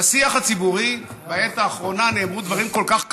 בשיח הציבורי בעת האחרונה נאמרו דברים כל כך קשים,